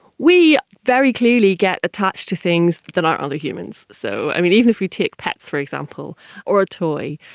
we very clearly get attached to things that aren't other humans, so even if we take pets for example or a toy,